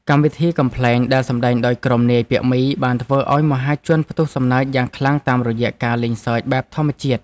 កម្មវិធីកំប្លែងដែលសម្តែងដោយក្រុមនាយពាក់មីបានធ្វើឱ្យមហាជនផ្ទុះសំណើចយ៉ាងខ្លាំងតាមរយៈការលេងសើចបែបធម្មជាតិ។